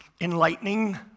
enlightening